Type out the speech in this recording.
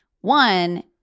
one